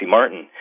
Martin